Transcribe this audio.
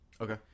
Okay